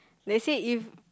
let's say if